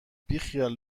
بیخیال